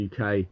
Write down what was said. UK